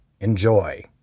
Enjoy